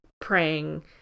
praying